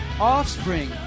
offspring